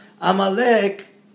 Amalek